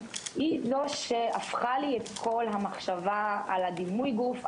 היא זו שהפכה לי את כל המחשבה על הדימוי גוף,